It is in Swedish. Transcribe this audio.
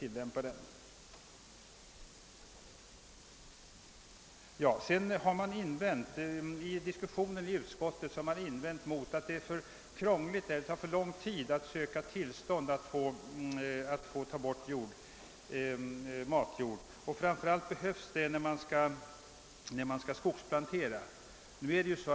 I diskussionen i utskottet framfördes också den invändningen att det med tillämpning av naturvårdslagen är krångligt och tar lång tid att få tillstånd att ta bort matjord, vilket man behöver göra framför allt när man vill plantera skog.